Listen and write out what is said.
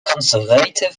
conservative